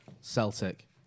Celtic